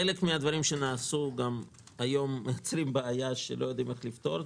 חלק מן הדברים שנעשו היום דווקא מייצרים בעיה שלא יודעים איך לפתור,